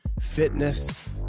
fitness